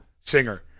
Singer